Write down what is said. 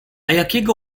jakiego